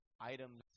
items